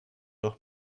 doch